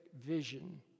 vision